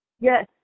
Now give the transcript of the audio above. Yes